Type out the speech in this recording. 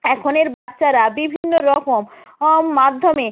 এখনের বাচ্চারা বিভিন্ন রকম অম মাধ্যমে